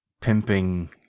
pimping